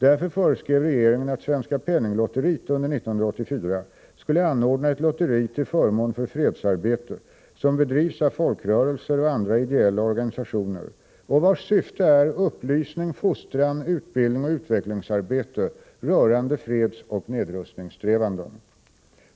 Därför föreskrev regeringen att Svenska Penninglotteriet under 1984 skulle anordna ett lotteri till förmån för fredsarbete, som bedrivs av folkrörelser och andra ideella organisationer och vars syfte är upplysning, fostran, utbildning och utvecklingsarbete rörande fredsoch nedrustningsträvanden.